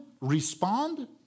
Respond